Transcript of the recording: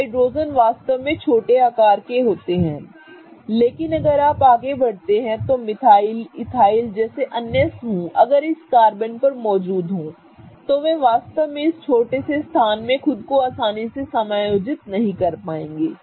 तो हाइड्रोजेन वास्तव में छोटे आकार के होते हैं लेकिन अगर आप आगे बढ़ते हैं तो मिथाइल इथाइल जैसे अन्य समूह अगर इन कार्बन पर मौजूद हैं तो वे वास्तव में इस छोटे से स्थान में खुद को आसानी से समायोजित नहीं कर पाएंगे